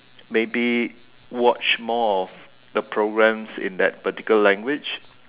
maybe watch more of the programs in that particular language